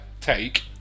take